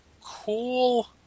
cool